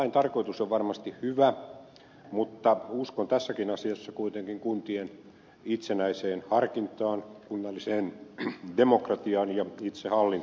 lain tarkoitus on varmasti hyvä mutta uskon tässäkin asiassa kuitenkin kuntien itsenäiseen harkintaan kunnalliseen demokratiaan ja itsehallintoon